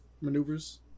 maneuvers